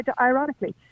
ironically